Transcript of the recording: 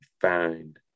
find